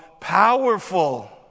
powerful